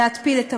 להתפיל את המים.